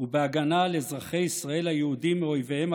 ובהגנה על אזרחי ישראל היהודים מאויביהם